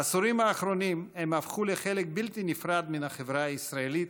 בעשורים האחרונים הם הפכו לחלק בלתי נפרד מן החברה הישראלית,